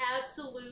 absolute